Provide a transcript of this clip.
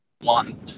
one